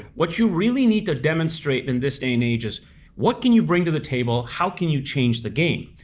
what you really need to demonstrate in this day and age is what can you bring to the table, how can you change the game.